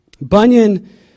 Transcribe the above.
Bunyan